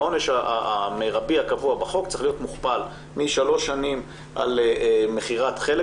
העונש המרבי הקבוע בחוק צריך להיות מוכפל משלוש שנים על מכירת חלק